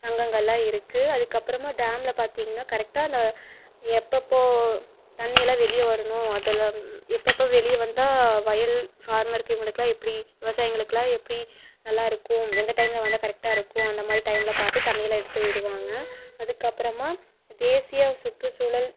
சங்கங்கள்லாம் இருக்குது அதுக்கு அப்பறமாக டேமில் பார்த்திங்ன்னா கரெக்ட்டாக அந்த எப்போ எப்போது தண்ணி எல்லாம் வெளியே வரணும் அதெல்லாம் எப்போ எப்போ வெளியே வந்தால் வயல் ஃபார்மர்க்கு இவர்களுக்கு எப்படி விவசாயங்களுக்கெலாம் எப்படி நல்லா இருக்கும் எந்த டைமில் வந்தால் கரெக்ட்டாக இருக்கும் அந்த மாதிரி டைமில் பார்த்து தண்ணியை எல்லாம் எடுத்து விடுவாங்க அதுக்கு அப்புறமா தேசிய சுற்று சூழல்